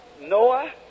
Noah